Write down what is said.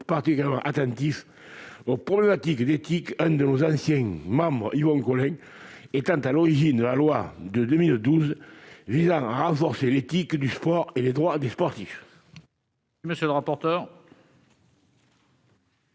particulièrement attentifs aux problématiques d'éthique. L'un de nos anciens membres, Yvon Collin, fut d'ailleurs à l'origine de la loi de 2012 visant à renforcer l'éthique du sport et les droits des sportifs. Quel est l'avis de